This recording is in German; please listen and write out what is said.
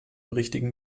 richtigen